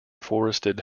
forested